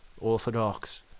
Orthodox